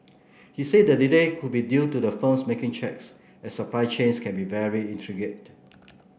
he said the delay could be due to the firms making checks as supply chains can be very intricate